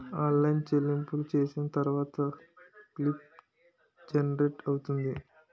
online చెల్లింపులు చేసిన తర్వాత స్లిప్ జనరేట్ అవుతుంది